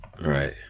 Right